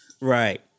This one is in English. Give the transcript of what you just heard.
Right